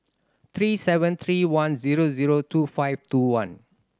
three seven three one zero zero two five two one